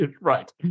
Right